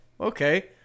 okay